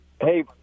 Hey